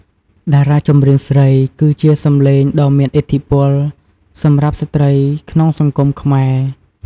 តារាចម្រៀងស្រីគឺជា សំឡេងដ៏មានឥទ្ធិពល សម្រាប់ស្ត្រីក្នុងសង្គមខ្មែរ។